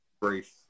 brief